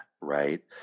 Right